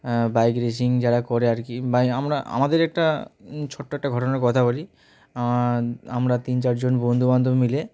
bike racing যারা করে আর কি বাই আমরা আমাদের একটা ছোট্ট একটা ঘটনার কথা বলি আমরা তিন চারজন বন্ধুবান্ধব মিলে